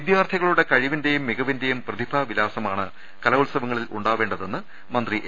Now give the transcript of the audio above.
വിദ്യാർത്ഥികളുടെ കഴിവിന്റേയും മികവിന്റേയും പ്രതിഭാവി ലാസമാണ് കലോത്സവങ്ങളിൽ ഉണ്ടാവേണ്ടതെന്ന് മന്ത്രി എ